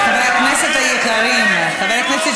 אנחנו מדברים על אסיה,